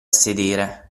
sedere